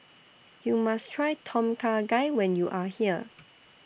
YOU must Try Tom Kha Gai when YOU Are here